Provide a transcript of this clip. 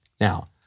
Now